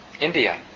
India